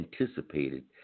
anticipated